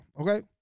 Okay